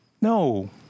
No